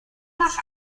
nach